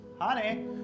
Honey